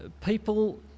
people